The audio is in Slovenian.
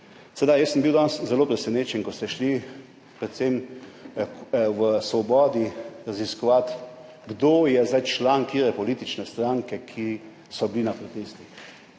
Seveda, jaz sem bil danes zelo presenečen, ko ste šli predvsem v Svobodi raziskovati, kdo je zdaj član katere politične stranke, ki so bili na protestih.